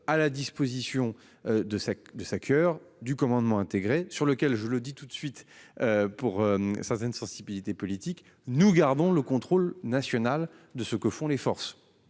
à la disposition de de sa heures du commandement intégré sur lequel je le dis tout de suite. Pour certaines sensibilités politiques, nous gardons le contrôle national de ce que font les forces.